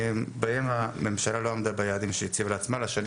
בהם הממשלה לא עמדה ביעדים שהציבה לעצמה לשנים